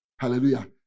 Hallelujah